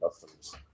customers